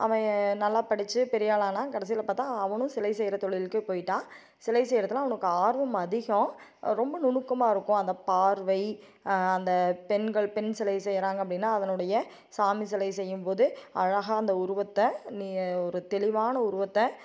அவன் நல்லா படிச்சு பெரியாளாக ஆனான் கடைசியில் பார்த்தா அவனும் சிலை செய்கிற தொழிலுக்கே போயிட்டான் சிலை செய்கிறதுல அவனுக்கு ஆர்வம் அதிகம் ரொம்ப நுணுக்கமாக இருக்கும் அந்த பார்வை அந்த பெண்கள் பெண் சிலை செய்கிறாங்க அப்படின்னா அதனுடைய சாமி சிலை செய்யும்போது அழகாக அந்த உருவத்தை ந ஒரு தெளிவான உருவத்தை